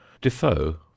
Defoe